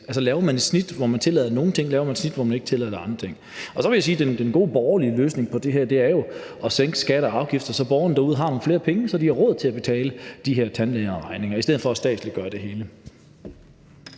Altså, laver man et snit, hvor man tillader nogle ting, laver man et snit, hvor man ikke tillader andre ting? Så vil jeg sige, at den gode borgerlige løsning på det her jo er at sænke skatter og afgifter, så borgerne derude har nogle flere penge, så de har råd til at betale de her tandlægeregninger, i stedet for at statsliggøre det hele.